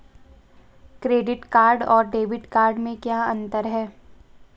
Credit card और debit card में क्या अंतर है?